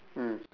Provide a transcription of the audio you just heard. mm